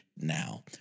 Now